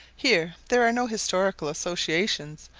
here there are no historical associations,